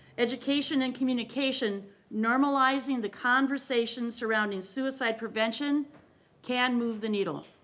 education and communication normalizing the conversations surrounding suicide prevention can move the needle.